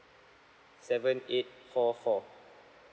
seven eight four four